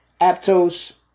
Aptos